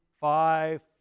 five